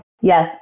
Yes